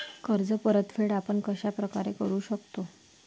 कर्ज परतफेड आपण कश्या प्रकारे करु शकतो?